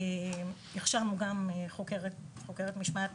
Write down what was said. זה הכשרנו חוקרת משמעת,